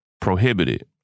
prohibited